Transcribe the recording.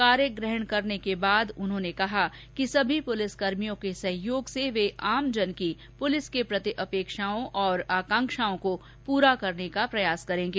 कार्यग्रहण करने के बाद उन्होंने कहा कि सभी पुलिसकर्मियों के सहयोग से वे आमजन की पुलिस के प्रति अपेक्षाओं और आकांक्षाओं को पूरा करने का प्रयास करेंगे